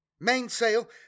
mainsail